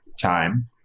time